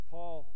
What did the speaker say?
Paul